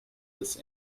this